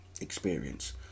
experience